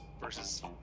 versus